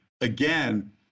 again